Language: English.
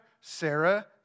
Sarah